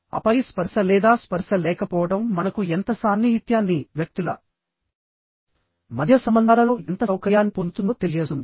ఆపై స్పర్శ లేదా స్పర్శ లేకపోవడం మనకు ఎంత సాన్నిహిత్యాన్ని వ్యక్తుల మధ్య సంబంధాలలో ఎంత సౌకర్యాన్ని పొందుతుందో తెలియజేస్తుంది